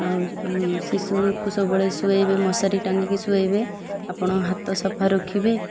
ଆଉ ଶିଶୁକୁ ସବୁବେଳେ ଶୁଆଇବେ ମଶାରୀ ଟାଙ୍ଗିକି ଶୁଆଇବେ ଆପଣ ହାତ ସଫା ରଖିବେ